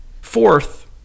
Fourth